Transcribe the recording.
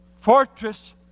fortress